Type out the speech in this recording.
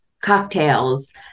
cocktails